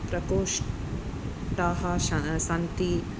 प्रकोष्ठाः श सन्ति